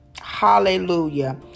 Hallelujah